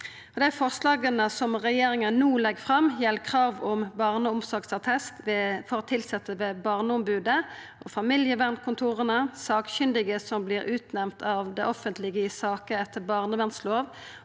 forslaga som regjeringa no legg fram, gjeld krav om barneomsorgsattest for tilsette ved Barneombodet, familievernkontora, sakkunnige som vert utnemnde av det offentlege i saker etter barnevernslova